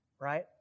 Right